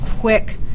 quick